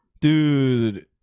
Dude